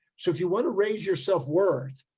so if you want to raise your self worth,